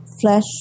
flesh